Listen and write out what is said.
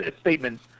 statement